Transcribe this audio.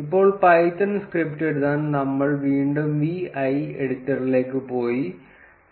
ഇപ്പോൾ Python script എഴുതാൻ നമ്മൾ വീണ്ടും vi എഡിറ്ററിലേക്ക് പോയി